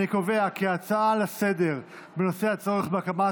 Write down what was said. אני קובע כי ההצעה לסדר-היום בנושא: הצורך בהקמת